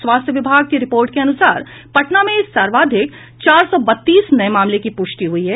स्वास्थ्य विभाग की रिपोर्ट के अनुसार पटना में सर्वाधिक चार सौ बत्तीस नये मामलों की पुष्टि हुई है